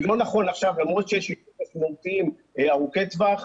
למרות שיש איומים משמעותיים ארוכי טווח,